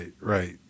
right